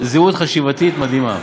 זהות חשיבתית מדהימה.